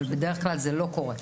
אבל בדרך כלל זה לא קורה.